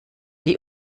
die